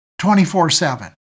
24-7